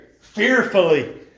fearfully